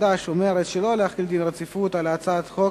חד"ש ומרצ שלא להחיל דין רציפות על הצעות החוק,